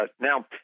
now